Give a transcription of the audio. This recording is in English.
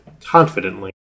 confidently